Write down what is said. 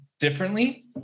Differently